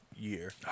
year